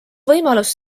võimalus